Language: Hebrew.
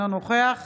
אינו נוכח